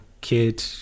kid